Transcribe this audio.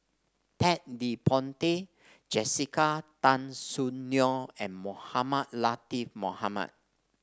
Ted De Ponti Jessica Tan Soon Neo and Mohamed Latiff Mohamed